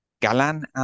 Galan